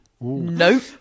Nope